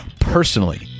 personally